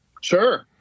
Sure